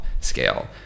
scale